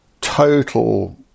total